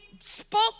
spoke